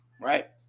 right